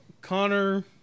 Connor